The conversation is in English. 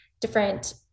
different